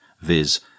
viz